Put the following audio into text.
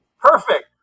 Perfect